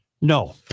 No